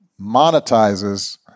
monetizes